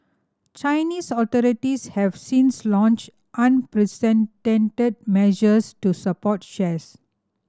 Chinese authorities have since launched unprecedented measures to support shares